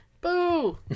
Boo